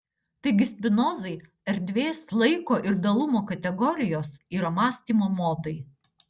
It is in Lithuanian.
taigi spinozai erdvės laiko ir dalumo kategorijos yra mąstymo modai